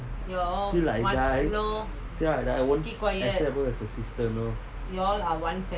feel like I die feel like I die I won't accept her as a sister